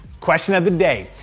question of the day.